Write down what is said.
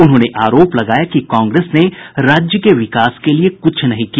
उन्होंने आरोप लगाया कि कांग्रेस ने राज्य के विकास के लिए कुछ नहीं किया